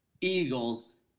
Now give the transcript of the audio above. Eagles